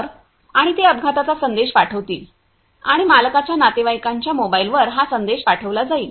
तर आणि ते अपघाताचा संदेश पाठवतील आणि मालकांच्या नातेवाईकांच्या मोबाइलवर हा संदेश पाठविला जाईल